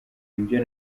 ibyo